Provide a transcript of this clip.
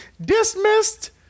dismissed